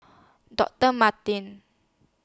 Doctor Martens